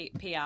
PR